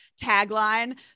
tagline